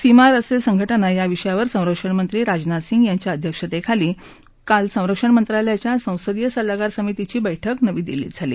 सीमा रस्ते संघटना या विषयावर संरक्षणमंत्री राजनाथ सिंग यांच्या अध्यक्षतेखाली काल संरक्षण मंत्रालयाध्या संसदीय सल्लागार समितीघी बैठक नवी दिल्ली क्रि झाली